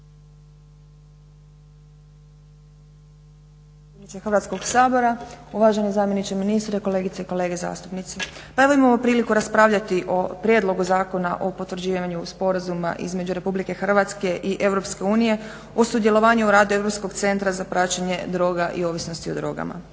Hrvatskog sabora, uvaženi zamjeniče ministra, kolegice i kolege zastupnici. Pa evo imamo priliku raspravljati o Prijedlogu zakona o potvrđivanju Sporazuma između Republike Hrvatske i Europske unije o sudjelovanju u radu Europskog centra za praćenje droga i ovisnosti o drogama.